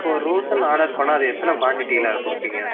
இப்போ ஒரு ரோஸ் ஒன்று ஆர்டர் பண்ணால் அது எத்தனை க்வான்டிட்டியில கொடுப்பீங்க